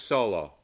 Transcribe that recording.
Solo